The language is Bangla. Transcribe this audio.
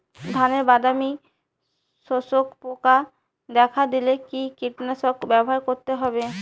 ধানে বাদামি শোষক পোকা দেখা দিলে কি কীটনাশক ব্যবহার করতে হবে?